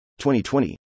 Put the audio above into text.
2020